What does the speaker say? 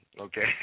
okay